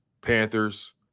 Panthers